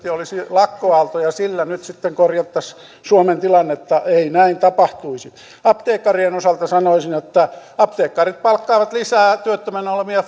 ja olisi lakkoaalto ja sillä nyt sitten korjattaisiin suomen tilannetta ei näin tapahtuisi apteekkarien osalta sanoisin että apteekkarit palkkaavat lisää työttömänä olevia